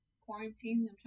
quarantine